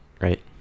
Right